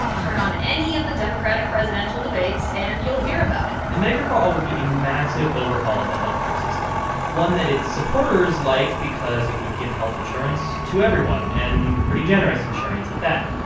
turn on any of the democratic presidential debates, and you'll hear about it and medicare for all would be a massive overhaul of the health care system, one that its supporters like because it would give health insurance insurance to everyone, and pretty generous insurance at that.